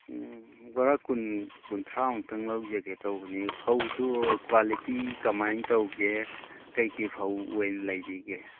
ꯎꯝ ꯕꯣꯔꯥ ꯀꯨꯟ ꯀꯨꯟꯊ꯭ꯔꯥ ꯃꯨꯛꯇꯪ ꯂꯧꯖꯒꯦ ꯇꯧꯕꯅꯤ ꯐꯧꯗꯨ ꯀ꯭ꯋꯥꯂꯤꯇꯤ ꯀꯃꯥꯏꯅ ꯇꯧꯒꯦ ꯀꯔꯤ ꯀꯔꯤ ꯐꯧ ꯑꯣꯏꯅ ꯂꯩꯕꯤꯒꯦ